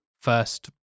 first